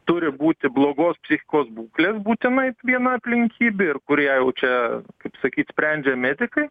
turi būti blogos psichikos būklės būtinai viena aplinkybė ir kur ją jau čia kaip sakyt sprendžia medikai